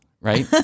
right